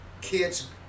kids